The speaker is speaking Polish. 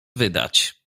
wydać